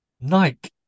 Nike